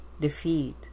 defeat